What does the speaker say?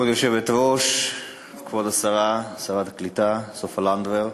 כבוד היושבת-ראש, כבוד שרת הקליטה סופה לנדבר,